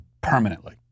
permanently